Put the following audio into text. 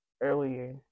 earlier